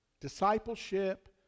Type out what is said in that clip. discipleship